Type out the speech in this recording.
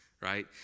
right